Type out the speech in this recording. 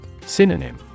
Synonym